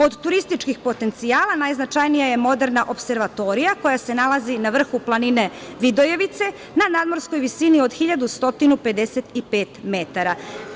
Od turističkih potencijala najznačajnija je moderna opservatorija koja se nalazi na vrhu planine Vidojevice, na nadmorskoj visiji od 1.155 metara.